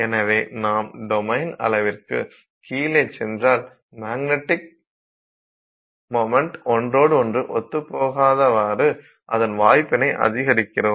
எனவே நாம் டொமைன் அளவிற்குக் கீழே சென்றால் மேக்னடிக் மொமண்ட் ஒன்றோடு ஒன்று ஒத்துப்போகவாறு அதன் வாய்ப்பினை அதிகரிக்கிறோம்